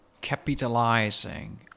capitalizing